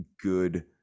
good